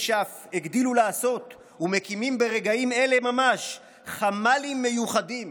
יש שאף הגדילו לעשות ומקימים ברגעים אלה ממש חמ"לים מיוחדים